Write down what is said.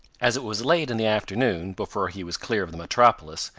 as it was late in the afternoon before he was clear of the metropolis,